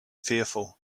fearful